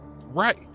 right